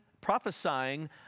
prophesying